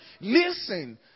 Listen